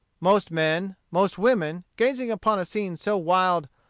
most men, most women, gazing upon a scene so wild,